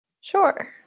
Sure